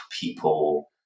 people